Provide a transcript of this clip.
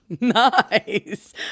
Nice